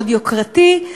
מאוד יוקרתי.